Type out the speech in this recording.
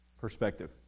Perspective